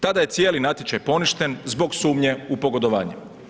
Tada je cijeli natječaj poništen zbog sumnje u pogodovanje.